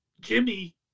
Jimmy